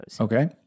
Okay